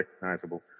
recognizable